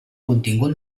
contingut